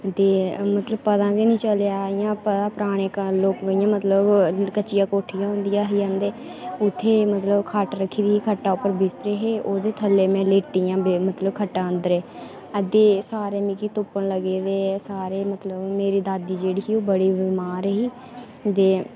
ते पता गै निं चलेआ इ'यां मतलब पराने इ'यां मतलब कच्चियां कोठियां होंदियां हियां ते उत्थै मतलब खट्ट रक्खी दी ही ते खट्टा पर मतलब बिस्तरे हे ते ओह्दे थल्लै में लेटी में मतलब खट्टै अंदरें ते सारे मिगी तुप्पन लगे ते सारे मतलब मेरी दादी जेह्ड़ी ही ओह् बड़ी बमार ही